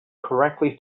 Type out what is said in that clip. correctly